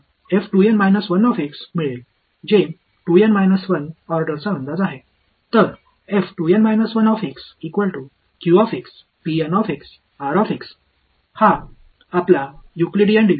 எனவே N ஐ விட குறைவாக வரிசை செய்யுங்கள் அதனால் நான் இந்த சூத்திரத்தை இங்கே திறந்தால் நான் இதழ் பெறுவேன் இது2 N 1 ஐ வரிசை செய்வதற்கான தோராயமாகும் இந்த உங்கள் யூக்ளிடியன் பிரிவு